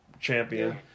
Champion